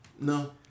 No